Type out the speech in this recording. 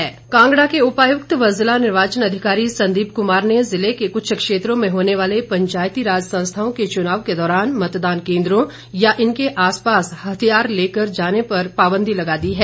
संदीप कुमार कांगड़ा के उपायुक्त व जिला निर्वाचन अधिकारी संदीप कुमार ने जिले के कुछ क्षेत्रों में होने वाले पंचायतीराज संस्थाओं के चुनाव के दौरान मतदान केन्द्रों या इनके आसपास हथियार ले जाने पर पाबंदी लगा दी है